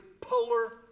polar